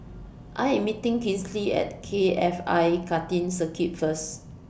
I Am meeting Kinsley At K F I Karting Circuit First